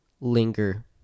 linger